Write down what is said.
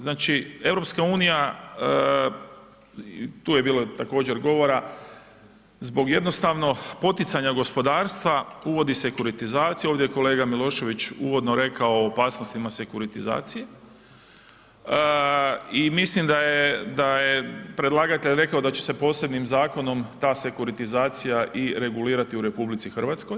Znači EU, tu je bilo također govora, zbog jednostavno poticanja gospodarstva, uvodi sekuritizaciju, ovdje je kolega Milošević uvodno rekao o opasnostima sekuritizacije i mislim da je predlagatelj rekao da će se posebnim zakonom ta sekuritizacija i regulirati u RH.